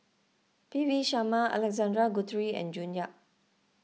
P V Sharma Alexander Guthrie and June Yap